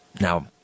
now